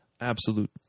absolute